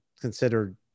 considered